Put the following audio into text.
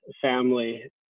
family